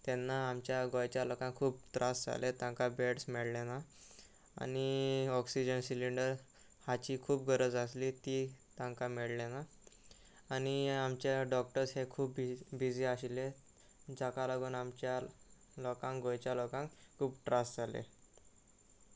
तेन्ना आमच्या गोंयच्या लोकांक खूब त्रास जाले तांकां बेड्स मेळ्ळें ना आनी ऑक्सिजन सिलिंडर हाची खूब गरज आसली ती तांकां मेळ्ळें ना आनी आमचे डॉक्टर्स हे खूब बिजी आशिल्ले जाका लागून आमच्या लोकांक गोंयच्या लोकांक खूब त्रास जाले